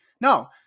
No